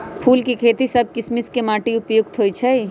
फूल के खेती सभ किशिम के माटी उपयुक्त होइ छइ